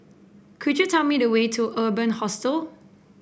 could you tell me the way to Urban Hostel